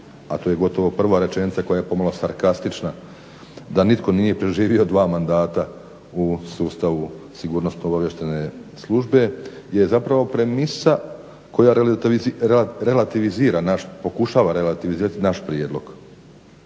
a to je gotovo prva rečenica koja je pomalo sarkastična da nitko nije preživio dva mandata u sustavu sigurnosno-obavještajne službe je zapravo premisa koja relativizira pokušava relativizirati naš prijedlog